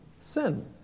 sin